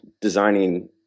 designing